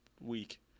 week